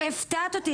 הפתעת אותי,